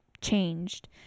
changed